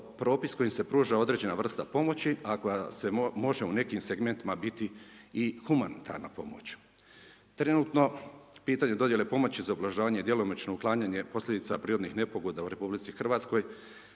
propis kojim se pruža određena vrsta pomoći a koja se može u nekim segmentima biti i humanitarna pomoć. Trenutno, pitanje dodjele pomoći za ugrožavanje djelomično uklanjanje posljedica prirodnih nepogoda u RH, pravna